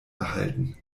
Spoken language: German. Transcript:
erhalten